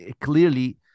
clearly